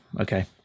okay